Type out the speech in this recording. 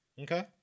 Okay